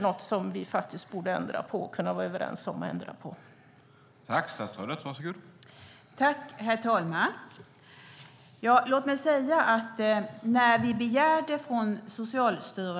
Borde vi inte kunna vara överens om att ändra på det?